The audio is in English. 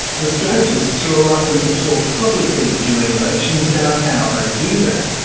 the strategists are reluctant to talk publicly during elections about how they do that,